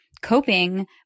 coping